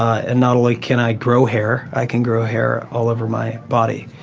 and not only can i grow hair, i can grow hair all over my body,